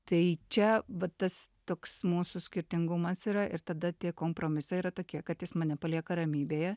tai čia vat tas toks mūsų skirtingumas yra ir tada tie kompromisai yra tokie kad jis mane palieka ramybėje